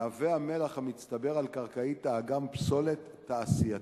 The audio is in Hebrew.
המלח המצטבר על קרקעית האגם מהווה פסולת תעשייתית,